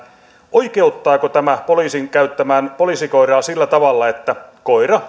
oikeuttaako tämä poliisin käyttämään poliisikoiraa sillä tavalla että koira